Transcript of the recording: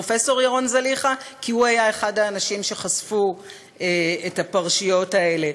כי הוא היה אחד האנשים שחשפו את הפרשיות האלה.